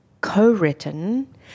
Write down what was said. co-written